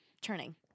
turning